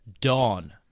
Dawn